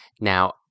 Now